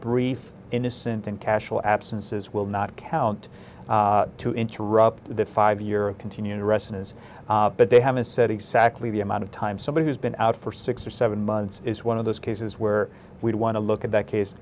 brief innocent cashel absences will not count to interrupt the five year continue the rest is but they haven't said exactly the amount of time somebody who's been out for six or seven months is one of those cases where we'd want to look at that case